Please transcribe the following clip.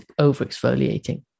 overexfoliating